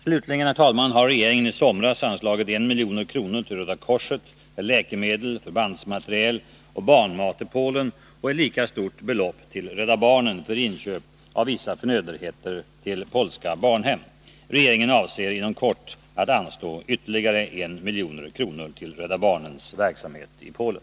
Slutligen har regeringen i somras anslagit 1 milj.kr. till Röda korset för läkemedel, förbandsmateriel och barnmat till Polen och ett lika stort belopp till Rädda barnen för inköp av vissa förnödenheter till polska barnhem. Regeringen avser inom kort att anslå ytterligare 1 milj.kr. till Rädda barnens verksamhet i Polen.